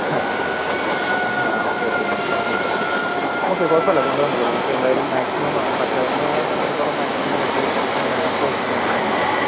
ഹാ ആ ആഹാ ഓക്കെ ഓക്കെ മനസ്സിലാവുന്നുണ്ട് ഓക്കെ കുഴപ്പം ഇല്ല കൊണ്ട് വന്നോളൂ നമുക്ക് എന്തായാലും മാക്സിമം പറ്റാവുന്നിടത്തോളം മാക്സിമം നമുക്ക് അടുത്ത ദിവസം തന്നെ തരാൻ നോക്കം